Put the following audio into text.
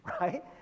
right